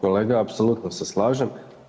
Kolega apsolutno se slažem.